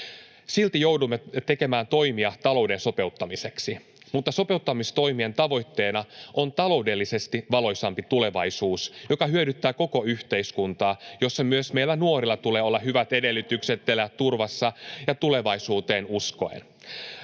Silti joudumme tekemään toimia talouden sopeuttamiseksi. Mutta sopeuttamistoimien tavoitteena on taloudellisesti valoisampi tulevaisuus, joka hyödyttää koko yhteiskuntaa, jossa myös meillä nuorilla tulee olla hyvät edellytykset elää turvassa ja tulevaisuuteen uskoen.